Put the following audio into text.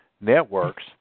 networks